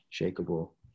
unshakable